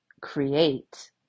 create